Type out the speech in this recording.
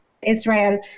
Israel